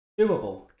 doable